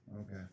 Okay